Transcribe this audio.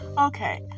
Okay